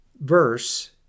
verse